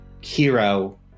hero